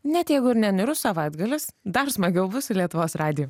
net jeigu ir ne niūrus savaitgalis dar smagiau bus su lietuvos radiju